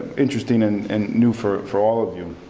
interesting and and new for for all of you.